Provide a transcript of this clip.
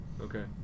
Okay